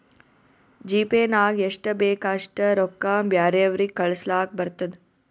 GPay ನಾಗ್ ಎಷ್ಟ ಬೇಕ್ ಅಷ್ಟ ರೊಕ್ಕಾ ಬ್ಯಾರೆವ್ರಿಗ್ ಕಳುಸ್ಲಾಕ್ ಬರ್ತುದ್